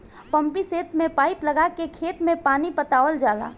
pumpset में pipe लगा के खेत में पानी पटावल जाला